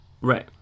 right